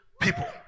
people